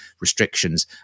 restrictions